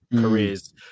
careers